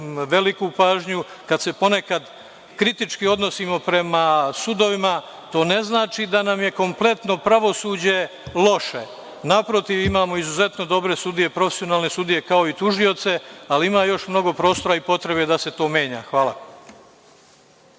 veliku pažnju. Kada se ponekad kritički odnosimo prema sudovima, to ne znači da nam je kompletno pravosuđe loše. Naprotiv, imamo izuzetno dobre sudije, profesionalne sudije, kao i tužioce, ali ima još mnogo prostora i potrebe da se to menja. Hvala.